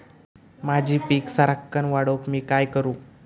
माझी पीक सराक्कन वाढूक मी काय करू?